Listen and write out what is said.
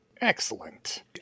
Excellent